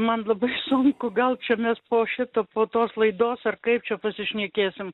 man labai sunku gal čia mes po šito po tos laidos ar kaip čia pasišnekėsim